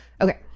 okay